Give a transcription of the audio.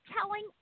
telling